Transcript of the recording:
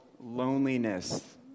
loneliness